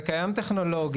זה קיים טכנולוגית,